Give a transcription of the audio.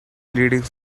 leading